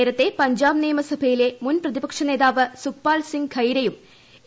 നേരത്തെ പഞ്ചാബ് നിയമസഭയിലെ മുൻ പ്രതിപക്ഷ നേതാവ് സുഖ്പാൽ സിംഗ് ഖൈരയും എ